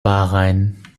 bahrain